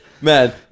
Man